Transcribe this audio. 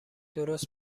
درست